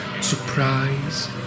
Surprise